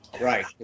right